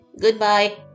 goodbye